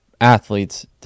athletes